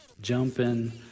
jumping